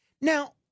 Now